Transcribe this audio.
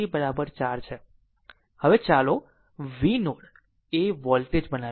હવે ચાલો v node એ પર વોલ્ટેજ બનીએ